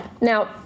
Now